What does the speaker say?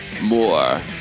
more